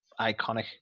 iconic